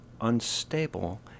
unstable